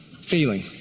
feeling